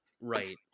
right